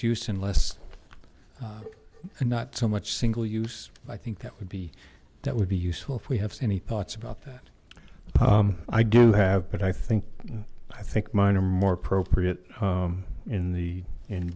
use unless not so much single use i think that would be that would be useful if we have any thoughts about that i do have but i think i think mine are more appropriate in the